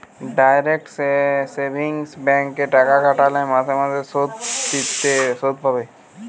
direct savings bank এ টাকা খাটালে মাসে মাসে শুধ পাবে